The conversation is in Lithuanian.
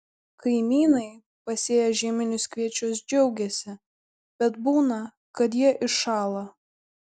kaimynai pasėję žieminius kviečius džiaugiasi bet būna kad jie iššąla